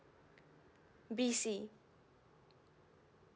B C